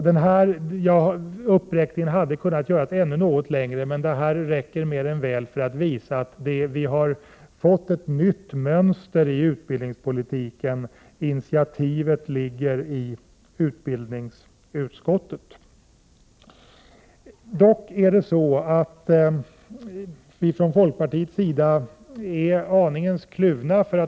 Denna uppräkning hade kunnat göras ännu längre, men vad jag sagt räcker mer än väl för att visa att det har blivit ett nytt mönster i utbildningspolitiken: initiativen kommer från utbildningsutskottet. Jag känner mig dock en aning kluven.